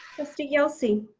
trustee yelsey.